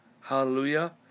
Hallelujah